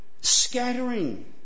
Scattering